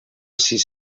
sis